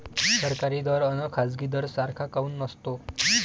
सरकारी दर अन खाजगी दर सारखा काऊन नसतो?